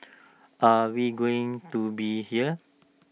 are we going to be here